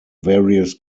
various